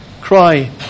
Cry